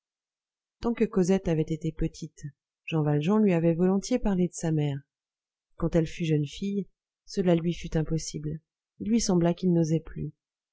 tant que cosette avait été petite jean valjean lui avait volontiers parlé de sa mère quand elle fut jeune fille cela lui fut impossible il lui sembla qu'il n'osait plus